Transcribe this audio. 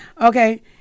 Okay